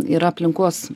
yra aplinkos